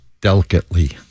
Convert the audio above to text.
delicately